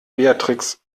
beatrix